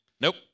Nope